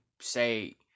say